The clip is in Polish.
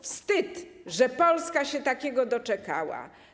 Wstyd, że Polska się takiego doczekała.